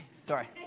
Sorry